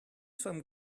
some